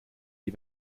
die